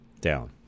Down